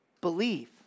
Believe